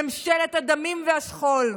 ממשלת הדמים והשכול,